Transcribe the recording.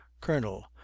colonel